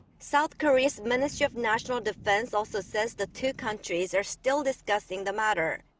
south korea's ministry of national defense also says the two countries are still discussing the matter.